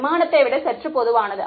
விமானத்தை விட சற்று பொதுவானது